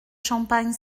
champagne